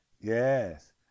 yes